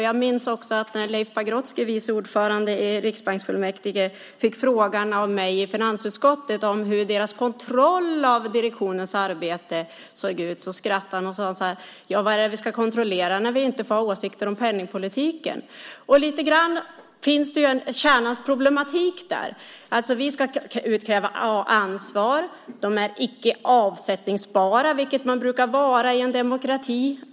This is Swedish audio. Jag minns också när vice ordförande i riksbanksfullmäktige Leif Pagrotsky fick frågan av mig i finansutskottet om hur deras kontroll av direktionens arbete såg ut. Han skrattade och sade: Vad är det vi ska kontrollera när vi inte får ha åsikter om penningpolitiken? Problematikens kärna finns lite grann där. Vi ska utkräva ansvar. Ledamöterna är icke avsättningsbara, vilket man brukar vara i en demokrati.